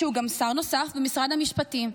שהוא גם שר נוסף במשרד המשפטים,